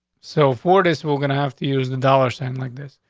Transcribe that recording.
so four days we're gonna have to use the dollar send like this.